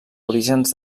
orígens